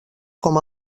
com